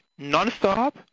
nonstop